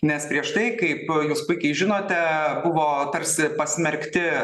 nes prieš tai kaip jūs puikiai žinote buvo tarsi pasmerkti